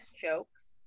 jokes